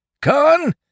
Con